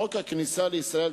חוק הכניסה לישראל,